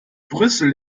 brüssel